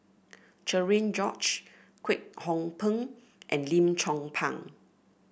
Cherian George Kwek Hong Png and Lim Chong Pang